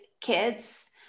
kids